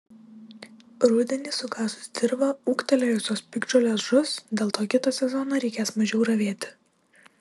rudenį sukasus dirvą ūgtelėjusios piktžolės žus dėl to kitą sezoną reikės mažiau ravėti